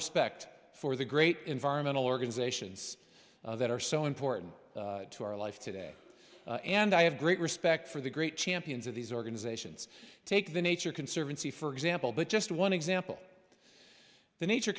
respect for the great environmental organizations that are so important to our life today and i have great respect for the great champions of these organizations take the nature conservancy for example but just one example the nature